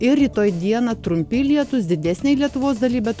ir rytoj dieną trumpi lietūs didesnėj lietuvos daly bet